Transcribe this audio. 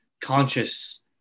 conscious